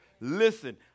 Listen